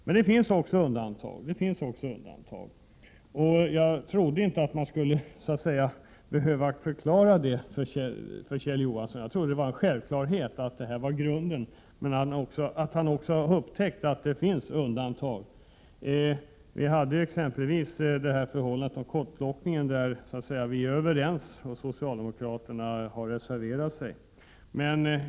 Men det finns också undantag, och jag trodde inte att jag skulle behöva förklara det för Kjell Johansson. Jag trodde att han hade upptäckt att vi är överens med de borgerliga exempelvis i fråga om kottplockningen, där socialdemokraterna har reserverat sig.